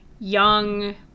young